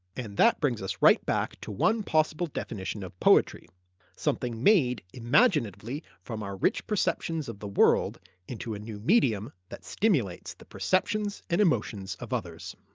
and that brings us right back to one possible definition of poetry something made imaginatively from our rich perceptions of the world into a new medium that stimulates the perceptions and emotions of others.